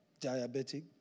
diabetic